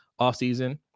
offseason